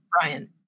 Brian